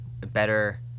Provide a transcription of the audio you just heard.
better